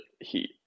Heat